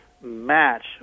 match